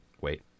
wait